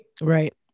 Right